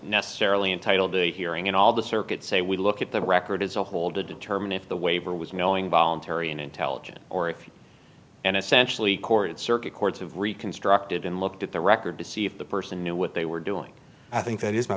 necessarily entitled to a hearing and all the circuits say we look at the record as a whole to determine if the waiver was knowing voluntary and intelligent or if you and essentially court circuit courts have reconstructed and looked at the record to see if the person knew what they were doing i think that is my